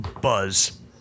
Buzz